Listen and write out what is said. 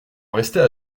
rester